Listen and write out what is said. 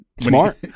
smart